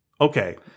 Okay